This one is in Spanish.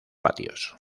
patios